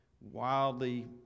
wildly